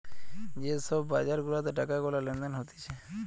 যে সব বাজার গুলাতে টাকা গুলা লেনদেন হতিছে